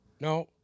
No